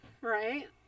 Right